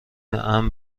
امن